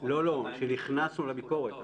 כשנכנסנו לביקורת,